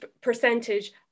percentage